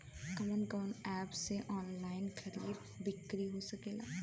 कवन कवन एप से ऑनलाइन खरीद बिक्री हो सकेला?